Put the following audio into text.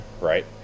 right